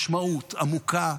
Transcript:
משמעות עמוקה,